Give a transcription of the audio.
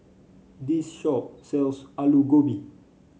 this shop sells Aloo Gobi